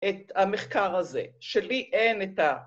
‫את המחקר הזה, שלי אין את ה...